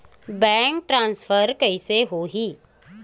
Bank transfer कइसे होही?